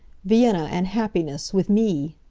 vienna and happiness with me